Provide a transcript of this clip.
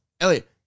Elliot